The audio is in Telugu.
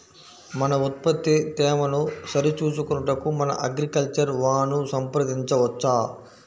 మన ఉత్పత్తి తేమను సరిచూచుకొనుటకు మన అగ్రికల్చర్ వా ను సంప్రదించవచ్చా?